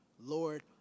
Lord